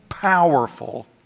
Powerful